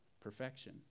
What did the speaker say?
perfection